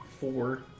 Four